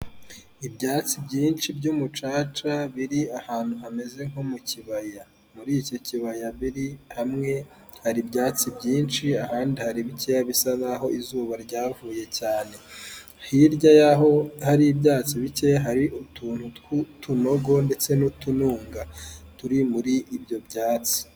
Ibyatsi byinshi by'umucaca biri ahantu hameze nko mu kibaya, muri icyo kibaya biri hamwe hari ibyatsi byinshi ahandi hari bikeya bisa naho izuba ryavuye cyane, hirya y'aho hari ibyatsi bike hari utuntu tw'utunogo ndetse n'utununga turi muri ibyo byatsi.